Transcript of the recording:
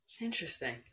interesting